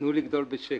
תנו לגדול בשקט.